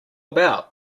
about